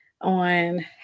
on